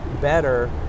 better